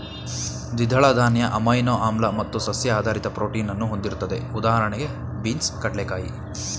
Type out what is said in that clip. ದ್ವಿದಳ ಧಾನ್ಯ ಅಮೈನೋ ಆಮ್ಲ ಮತ್ತು ಸಸ್ಯ ಆಧಾರಿತ ಪ್ರೋಟೀನನ್ನು ಹೊಂದಿರ್ತದೆ ಉದಾಹಣೆಗೆ ಬೀನ್ಸ್ ಕಡ್ಲೆಕಾಯಿ